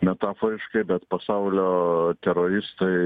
metaforiškai bet pasaulio teroristai